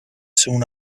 soon